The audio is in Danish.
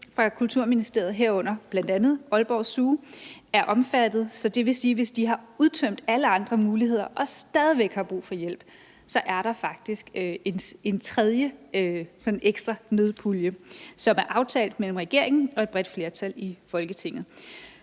fra Kulturministeriet, herunder bl.a. Aalborg Zoo, er omfattet. Det vil sige, at hvis de har udtømt alle andre muligheder og stadig væk har brug for hjælp, så er der faktisk en tredje ekstra nødpulje, som er aftalt mellem regeringen og et bredt flertal i Folketinget.